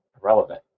relevant